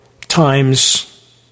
times